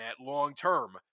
long-term